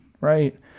right